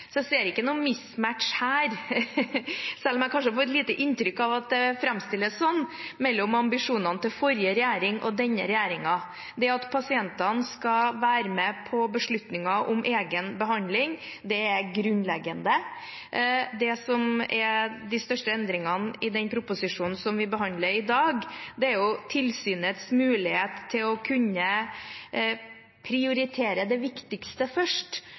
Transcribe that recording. Så jeg ser ingen «mismatch» her mellom den forrige regjeringens ambisjoner og denne regjeringens ambisjoner, selv om det framstilles litt slik. Det at pasientene skal være med på beslutninger om egen behandling, er grunnleggende. De største endringene i forbindelse med den proposisjonen vi behandler i dag, gjelder tilsynets mulighet til å kunne prioritere det viktigste først.